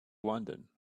london